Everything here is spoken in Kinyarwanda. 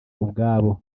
ubwabo